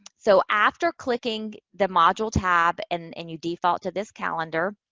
so, after clicking the module tab, and and you default to this calendar,